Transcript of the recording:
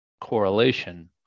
correlation